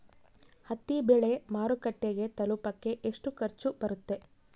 ಹತ್ತಿ ಬೆಳೆ ಮಾರುಕಟ್ಟೆಗೆ ತಲುಪಕೆ ಎಷ್ಟು ಖರ್ಚು ಬರುತ್ತೆ?